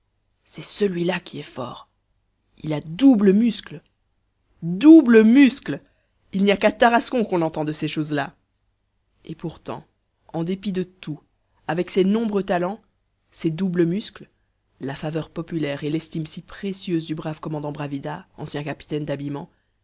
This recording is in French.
c'est celui-là qui est fort il a doubles muscles doubles muscles il n'y a qu'à tarascon qu'on entend de ces choses-là et pourtant en dépit de tout avec ses nombreux talents ses doubles muscles la faveur populaire et l'estime si précieuse du brave commandant bravida ancien capitaine d'habillement